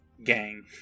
gang